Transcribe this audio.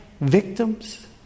victims